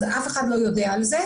אף אחד לא יודע על כך.